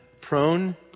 prone